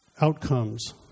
outcomes